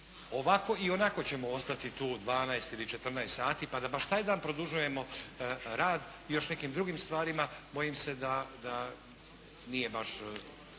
Ovako, ionako ćemo ostati tu 12, ili 14 sati, pa da baš taj dan produžujemo rad još nekim drugim stvarima bojim se da nije baš